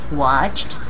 watched